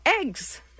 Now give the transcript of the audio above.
Eggs